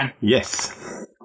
Yes